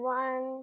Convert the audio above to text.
one